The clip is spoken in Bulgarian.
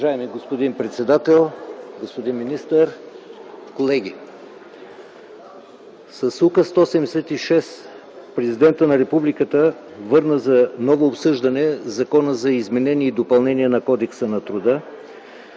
Уважаеми господин председател, господин министър, колеги! С Указ № 176 Президентът на Републиката върна за ново обсъждане Закона за изменение и допълнение на Кодекса на труда,